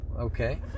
okay